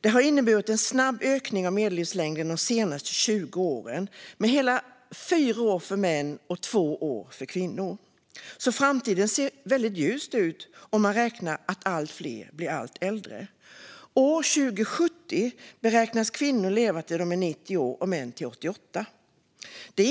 Det har inneburit en snabb ökning av medellivslängden de senaste 20 åren, med hela fyra år för män och två år för kvinnor. Framtiden ser alltså väldigt ljus ut om man räknar med att allt fler blir allt äldre. År 2070 beräknas kvinnor leva tills de är 90 år och män till 88. Det